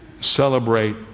celebrate